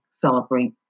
celebrate